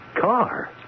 car